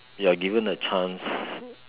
you are given a chance